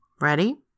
Ready